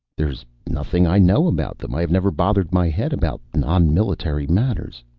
there is nothing i know about them. i have never bothered my head about non-military matters.